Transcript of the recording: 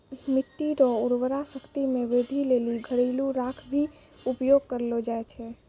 मिट्टी रो उर्वरा शक्ति मे वृद्धि लेली घरेलू राख भी उपयोग करलो जाय छै